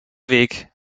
weg